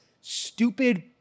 stupid